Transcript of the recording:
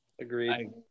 Agreed